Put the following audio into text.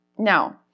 now